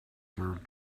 third